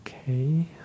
Okay